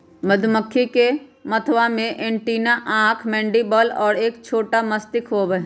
मधुमक्खी के मथवा में एंटीना आंख मैंडीबल और एक छोटा मस्तिष्क होबा हई